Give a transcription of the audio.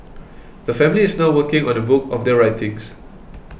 the family is now working on a book of their writings